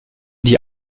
die